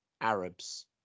Arabs